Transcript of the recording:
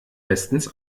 bestens